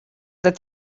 that